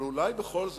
אבל אולי בכל זאת,